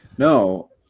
no